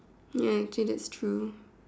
ya actually that's true